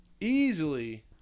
easily